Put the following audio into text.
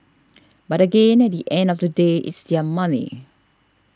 but again at the end of the day it's their money